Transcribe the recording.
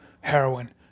heroin